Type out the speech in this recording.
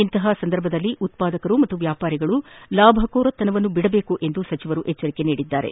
ಇಂತಹ ಸಂದರ್ಭದಲ್ಲಿ ಉತ್ಪಾದಕರು ಮತ್ತು ವ್ಯಾಪಾರಿಗಳು ಲಾಭಕೋರತನವನ್ನು ಬಿಡಬೇಕು ಎಂದು ಸಹ ಸಚಿವರು ಎಚ್ಚರಿಕೆ ನೀಡಿದ್ದಾರೆ